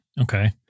Okay